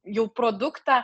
jau produktą